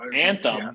Anthem